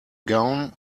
gown